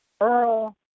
Earl